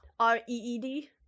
R-E-E-D